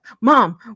Mom